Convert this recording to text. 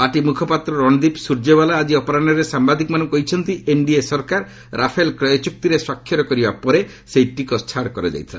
party ମୁଖପାତ୍ର ରଣଦୀପ ସ୍ନର୍ଯ୍ୟେୱାଲା ଆକି ଅପରାହ୍ନରେ ସାମ୍ଭାଦିକମାନଙ୍କୁ କହିଛନ୍ତି ଏନ୍ଡିଏ ସରକାର ରାଫେଲ୍ କ୍ରୟ ଚୁକ୍ତିରେ ସ୍ୱାକ୍ଷର କରିବା ପରେ ସେହି ଟିକସ ଛାଡ଼ କରାଯାଇଥିଲା